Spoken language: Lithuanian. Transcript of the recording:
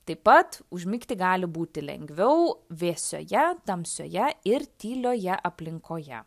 taip pat užmigti gali būti lengviau vėsioje tamsioje ir tylioje aplinkoje